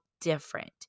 different